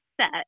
set